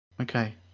Okay